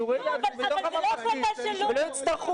שיעורי יהדות בתוך הממלכתי ולא יצטרכו